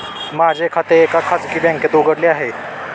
माझे खाते एका खाजगी बँकेत उघडले आहे